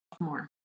more